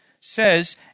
says